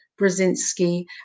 Brzezinski